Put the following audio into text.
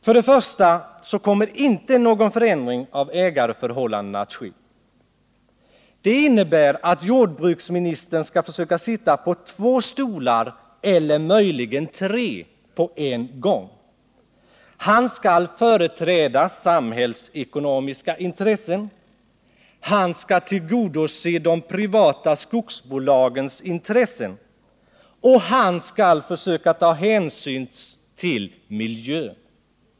För det första kommer inte någon förändring av ägarförhållandena att ske. Det innebär att jordbruksministern skall försöka sitta på två stolar — eller möjligen tre — på en gång. Han skall företräda samhällsekonomiska intressen, han skall tillgodose de privata skogsbolagens intressen, och han skall försöka ta hänsyn till miljön.